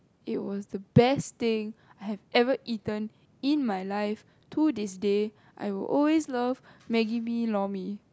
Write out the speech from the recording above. it was the best thing I have ever eaten in my life to this day I will always love maggi mee lor-mee